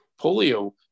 polio